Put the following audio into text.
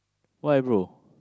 why bro